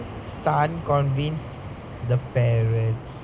son convinced the parents